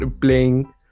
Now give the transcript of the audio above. playing